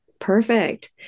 Perfect